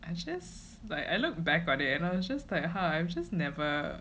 and she just like I look back on it and I was just like ha I've just never